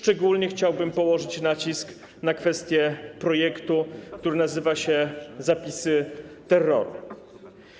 Chciałbym położyć szczególny nacisk na kwestię projektu, który nazywa się „Zapisy terroru”